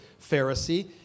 Pharisee